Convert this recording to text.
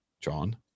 John